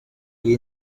iyi